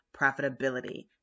profitability